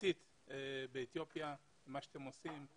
מופתית באתיופיה, על מה שאתם עושים.